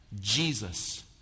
Jesus